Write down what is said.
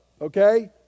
okay